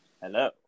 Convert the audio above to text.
hello